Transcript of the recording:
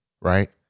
Right